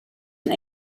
and